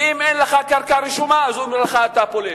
ואם אין לך קרקע רשומה אז אומרים לך: אתה פולש.